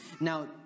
Now